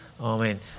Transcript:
amen